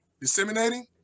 disseminating